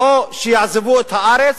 או שיעזבו את הארץ,